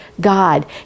God